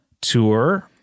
Tour